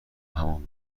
همان